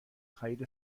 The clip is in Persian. خرید